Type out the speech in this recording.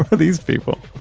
ah these people?